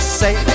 say